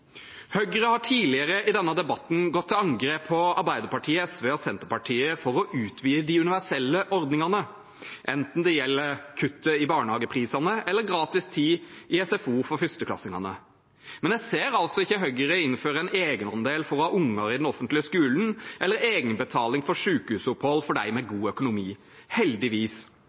Høyre har tidligere i denne debatten gått til angrep på Arbeiderpartiet, SV og Senterpartiet for å utvide de universelle ordningene, enten det gjelder kuttet i barnehageprisene eller gratis tid i SFO for førsteklassingene. Men jeg ser altså ikke Høyre innføre en egenandel for å ha barn i den offentlige skolen eller egenbetaling for sykehusopphold for dem med god økonomi – heldigvis.